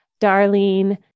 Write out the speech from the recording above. Darlene